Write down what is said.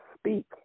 speak